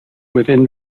within